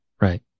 Right